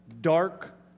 dark